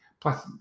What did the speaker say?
plus